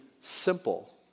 simple